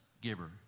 giver